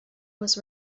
was